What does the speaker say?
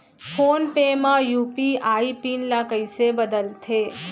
Phone पे म UPI PIN ल कइसे बदलथे?